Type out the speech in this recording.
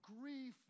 grief